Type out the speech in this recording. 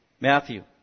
Matthew